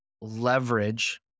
leverage